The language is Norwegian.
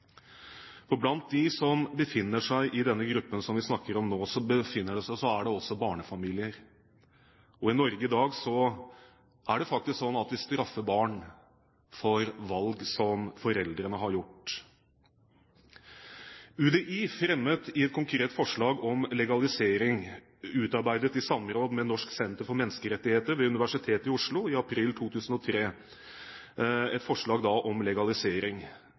barn. Blant dem som befinner seg i den gruppen som vi snakker om nå, er det også barnefamilier. I Norge i dag er det faktisk sånn at vi straffer barn for valg som foreldrene har gjort. UDI fremmet et konkret forslag om legalisering utarbeidet i samråd med Norsk senter for menneskerettigheter ved Universitetet i Oslo i april 2003. UDIs forslag var at «opphold kan innvilges fem år etter endelig avslag dersom det ikke er tvil om